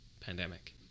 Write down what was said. pandemic